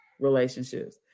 relationships